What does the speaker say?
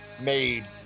made